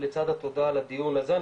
לצד התודה על הדיון הזה,